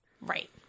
Right